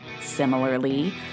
Similarly